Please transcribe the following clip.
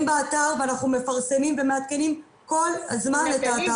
באתר ואנחנו מפרסמים ומעדכנים כל הזמן את האתר.